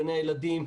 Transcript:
גני הילדים,